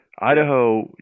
Idaho